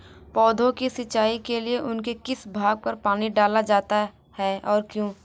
पौधों की सिंचाई के लिए उनके किस भाग पर पानी डाला जाता है और क्यों?